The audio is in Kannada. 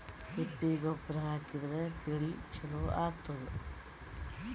ತಿಪ್ಪಿ ಗೊಬ್ಬರ ಹಾಕಿದ್ರ ಬೆಳಿ ಚಲೋ ಆಗತದ?